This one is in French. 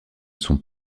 sont